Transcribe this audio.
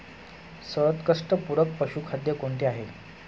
सर्वोत्कृष्ट पूरक पशुखाद्य कोणते आहे?